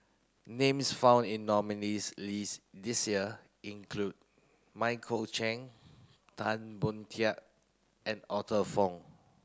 names found in nominees' list this year include Michael Chiang Tan Boon Teik and Arthur Fong